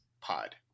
pod